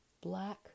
black